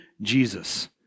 Jesus